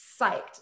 psyched